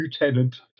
Lieutenant